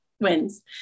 Wins